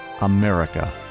America